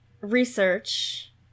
research